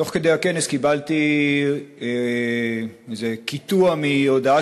תוך כדי הכנס קיבלתי איזה קיטוע מהודעה